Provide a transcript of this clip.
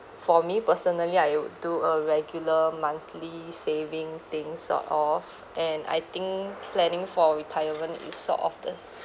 for me personally I would do a regular monthly saving thing sort of and I think planning for retirement is sort of the